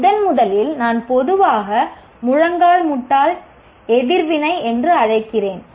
முதன்முதலில் நான் பொதுவாக முழங்கால் உதறுதல் எதிர்வினை என்று அழைக்கிறேன்